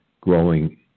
growing